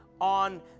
on